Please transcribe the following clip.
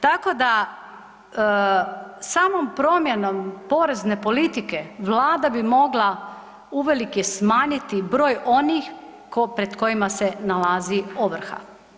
Tako da samom promjenom porezne politike Vlada bi mogla uvelike smanjiti broj onih pred kojima se nalazi ovrha.